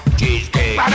cheesecake